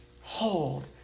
hold